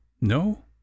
no